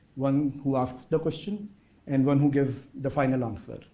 one who asks the question and one who gives the final answer,